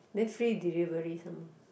then free delivery somemore